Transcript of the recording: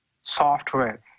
software